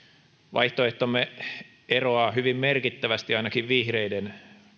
vaihtoehtomme eroaa hyvin merkittävästi ainakin vihreiden